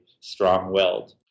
strong-willed